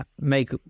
make